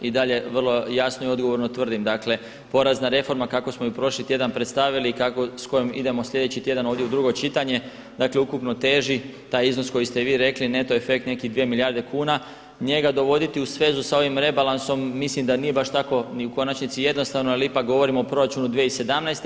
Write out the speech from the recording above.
I dalje vrlo jasno i odgovorno tvrdim, dakle porezna reforma kako smo ju prošli tjedan predstavili i s kojom idemo sljedeći tjedan ovdje u drugo čitanje, dakle ukupno teži, taj iznos koji ste i vi rekli, neto efekt, nekih 2 milijarde kuna, njega dovoditi u svezu sa ovim rebalansom mislim da nije baš tako ni u konačnici jednostavno ali ipak govorimo o proračunu 2017.